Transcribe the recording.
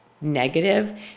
negative